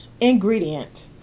ingredient